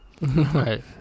Right